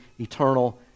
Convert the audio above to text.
eternal